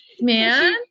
man